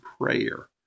prayer